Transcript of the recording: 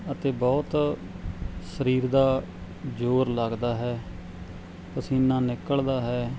ਅਤੇ ਬਹੁਤ ਸਰੀਰ ਦਾ ਜ਼ੋਰ ਲੱਗਦਾ ਹੈ ਪਸੀਨਾ ਨਿਕਲਦਾ ਹੈ